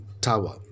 Tower